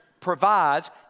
provides